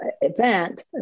event